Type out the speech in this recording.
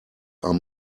are